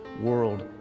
world